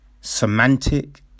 semantic